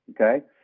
okay